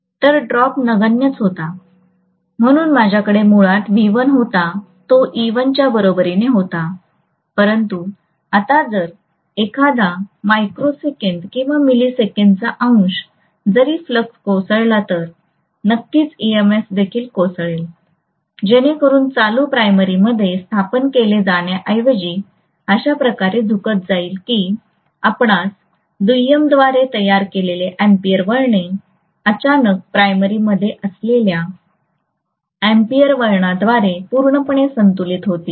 तर ड्रॉप नगण्यच होता म्हणून माझ्याकडे मुळात V1 होता तो e1 च्या बरोबरीने होता परंतु आता जर एखादा मायक्रोसेकंद किंवा मिलिसेकंदचा अंश जरी फ्लक्स कोसळला तर नक्कीच emf देखील कोसळेल जेणेकरून चालू प्राइमरीमध्ये स्थापन केले जाण्याऐवजी अशा प्रकारे झुकत जाईल की आपणास दुय्यमद्वारे तयार केलेले एम्पीयर वळणे अचानक प्राइमरीमध्ये आलेल्या एम्पीयर वळणाद्वारे पूर्णपणे संतुलित होतील